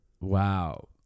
wow